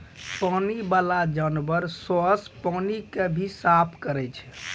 पानी बाला जानवर सोस पानी के भी साफ करै छै